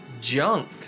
Junk